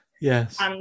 Yes